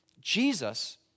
Jesus